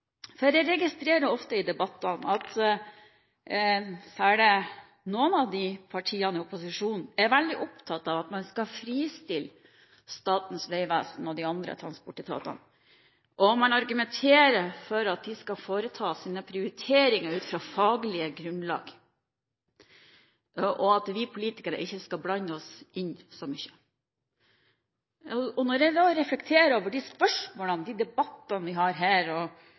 ved. Jeg registrerer ofte i debattene at særlig noen av partiene i opposisjonen er veldig opptatt av at man skal fristille Statens vegvesen og de andre transportetatene, man argumenterer for at de skal foreta sine prioriteringer ut fra faglige grunnlag, og at vi politikere ikke skal blande oss inn så mye. Når jeg da reflekterer over spørsmålene og debattene vi har her, og